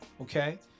okay